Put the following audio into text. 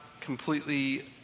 completely